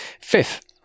Fifth